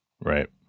Right